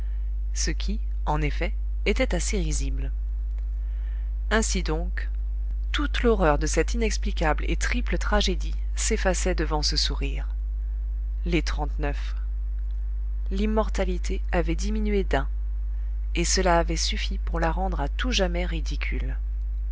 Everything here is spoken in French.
ce qui en effet était assez risible ainsi donc toute l'horreur de cette inexplicable et triple tragédie s'effaçait devant ce sourire les trente-neuf l'lmmortalité avait diminué d'un et cela avait suffi pour la rendre à tout jamais ridicule